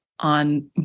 on